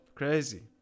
Crazy